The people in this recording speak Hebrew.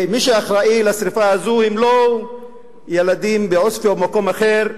מי שאחראים לשרפה הזאת הם לא ילדים בעוספיא או במקום אחר,